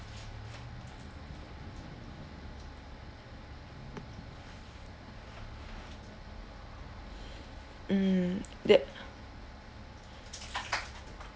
mm de~